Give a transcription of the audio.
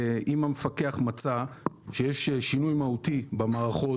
אם המפקח מצא שיש שינוי מהותי במערכות